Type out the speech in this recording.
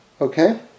Okay